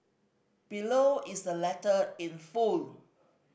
below is the letter in full